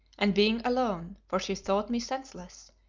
and being alone, for she thought me senseless,